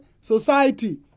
society